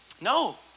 no